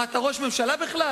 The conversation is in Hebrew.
מה, אתה ראש ממשלה בכלל?